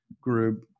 group